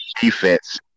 defense